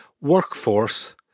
workforce